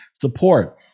support